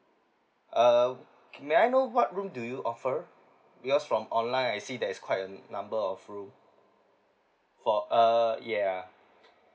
uh may I know what room do you offer because from online I see there's quite a number of room for uh yeah